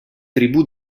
tribù